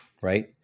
right